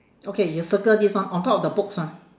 okay you circle this one on top of the books ah